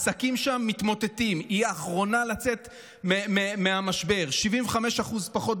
בגלל שאתה תגיד לי "משפט אחרון", אתה זוכר?